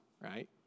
right